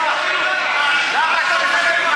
אתה בורח מהשאלות, למה עם נשק חם?